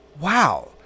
Wow